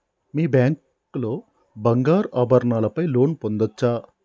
మీ bank లో బంగారు ఆభరణాల పై లోన్ పొందచ్చా?